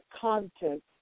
content